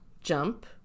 jump